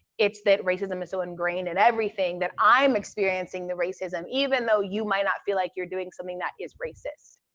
it's that racism is so ingrained in everything that i'm experiencing the racism, even though you might not feel like you're doing something that is racist.